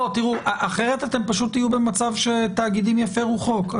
תראו, אחרת אתם פשוט תהיו במצב שתאגידים יפרו חוק.